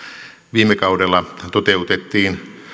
viime kaudella toteutettiin